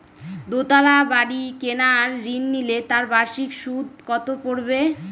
দুতলা বাড়ী কেনার ঋণ নিলে তার বার্ষিক সুদ কত পড়বে?